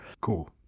Cool